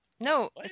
No